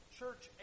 church